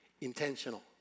Intentional